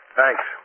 thanks